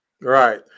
right